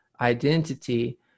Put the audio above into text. identity